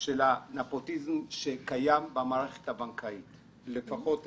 של הנפוטיזם שקיים במערכת הבנקאית, לפחות אצלכם.